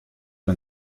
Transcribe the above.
man